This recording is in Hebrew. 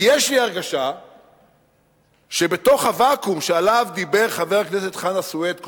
כי יש לי הרגשה שבתוך הוואקום שחבר הכנסת חנא סוייד,